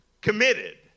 committed